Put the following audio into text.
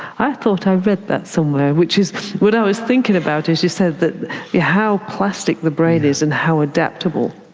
i thought i read that somewhere, which is what i was thinking about as you said that how plastic the brain is and how adaptable.